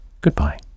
goodbye